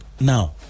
Now